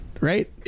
right